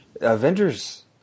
Avengers